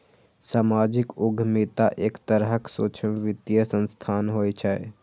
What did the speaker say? सामाजिक उद्यमिता एक तरहक सूक्ष्म वित्तीय संस्थान होइ छै